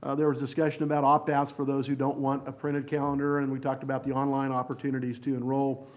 ah there was discussion about opt-outs for those who don't want a printed calendar and we talked about the online opportunities to enroll.